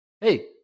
hey